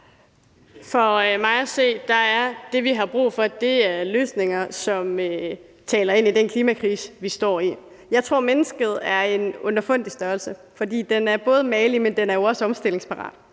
For mig at se er det, vi har brug for, løsninger, som taler ind i den klimakrise, vi står i. Jeg tror, at mennesket er en underfundig størrelse, for det er både mageligt, men også omstillingsparat.